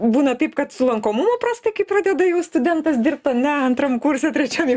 būna taip kad su lankomumu prastai kai pradeda jau studentas dirbt ane antram kurse trečiam jau